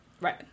Right